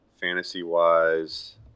Fantasy-wise